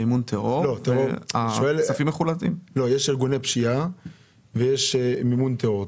לא, יש ארגוני פשיעה ויש מימון טרור.